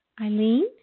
Eileen